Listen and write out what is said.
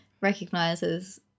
recognizes